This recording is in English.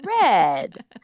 Red